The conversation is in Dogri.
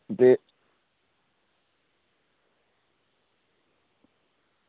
ते